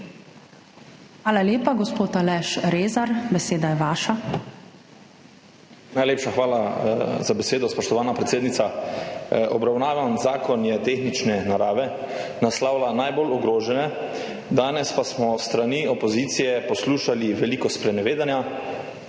Hvala lepa. Gospod Aleš Rezar, beseda je vaša. **ALEŠ REZAR (PS Svoboda):** Najlepša hvala za besedo, spoštovana predsednica. Obravnavan zakon je tehnične narave. Naslavlja najbolj ogrožene. Danes pa smo s strani opozicije poslušali veliko sprenevedanja